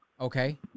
Okay